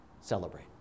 celebrate